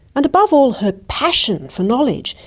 and above all her passion for knowledge,